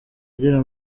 agera